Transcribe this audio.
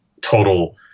total